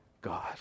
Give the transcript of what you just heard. God